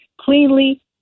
cleanly